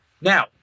Now